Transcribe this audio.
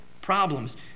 Problems